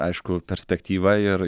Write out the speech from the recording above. aišku perspektyva ir